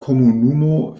komunumo